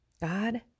God